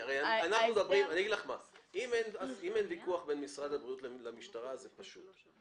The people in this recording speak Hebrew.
אם אין ויכוח בין משרד הבריאות למשטרה, זה פשוט.